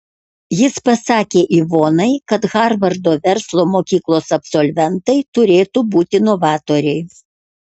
jis pasakė ivonai kad harvardo verslo mokyklos absolventai turėtų būti novatoriai